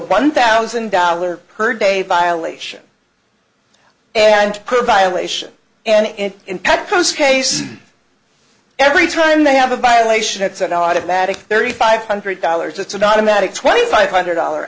one thousand dollars per day violation and per violation and in that post case every time they have a violation it's an automatic thirty five hundred dollars it's an automatic twenty five hundred dollar